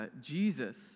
Jesus